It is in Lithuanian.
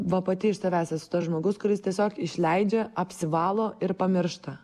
va pati iš savęs esu tas žmogus kuris tiesiog išleidžia apsivalo ir pamiršta